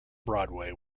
broadway